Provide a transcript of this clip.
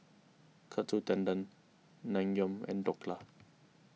Katsu Tendon Naengmyeon and Dhokla